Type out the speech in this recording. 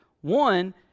One